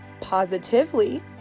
positively